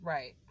Right